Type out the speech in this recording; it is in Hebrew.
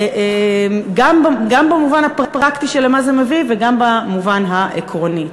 גם במובן הפרקטי של לְמה זה מביא וגם במובן העקרוני.